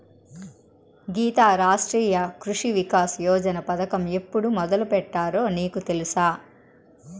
గీతా, రాష్ట్రీయ కృషి వికాస్ యోజన పథకం ఎప్పుడు మొదలుపెట్టారో నీకు తెలుసా